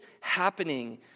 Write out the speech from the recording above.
happening